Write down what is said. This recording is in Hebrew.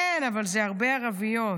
כן, אבל אלה הרבה ערביות.